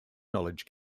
knowledge